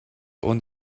und